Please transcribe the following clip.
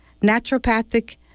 Naturopathic